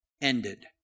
ended